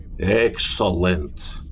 Excellent